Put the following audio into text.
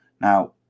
now